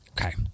Okay